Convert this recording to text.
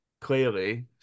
clearly